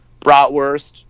bratwurst